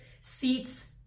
seats